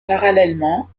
parallèlement